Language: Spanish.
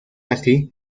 así